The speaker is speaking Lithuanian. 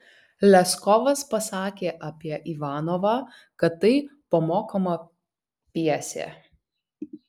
leskovas pasakė apie ivanovą kad tai pamokoma pjesė